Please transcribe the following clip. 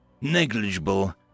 negligible